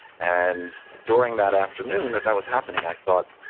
and during that afternoon that that was happening, i thought,